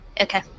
Okay